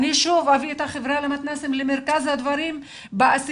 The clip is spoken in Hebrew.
אני שוב אביא את החברה למתנ"סים למרכז הדברים בעשייה